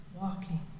walking